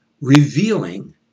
Revealing